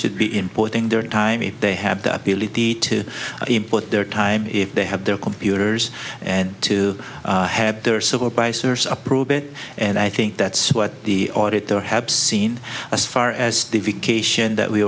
should be importing their time ie they have the ability to import their time if they have their computers and to have their supervisors approve it and i think that's what the audit there have seen as far as the cation that we